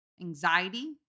Anxiety